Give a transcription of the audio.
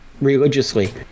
religiously